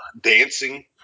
dancing